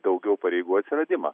daugiau pareigų atsiradimą